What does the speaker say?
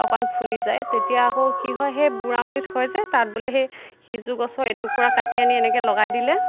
অকণমান ফুলি যায় তেতিয়া আকৌ কি হয় সেই বুঢ়া আঙুলিত হয় যে তাত বোলে সেই সিজু গছৰ এটুকুৰা কাটি আনি এনেকৈ লগাই দিলে